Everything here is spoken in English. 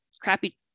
crappy